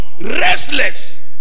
restless